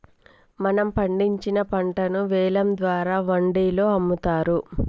మనం పండించిన పంటను వేలం ద్వారా వాండిలో అమ్ముతారు